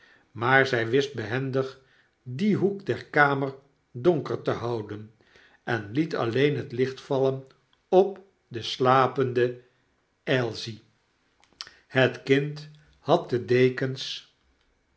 maar zy wist behendig dien hoek der kamer donker te houden en liet alleen het licht vallen op de slapende ailsie het kind had de dekens